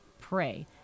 pray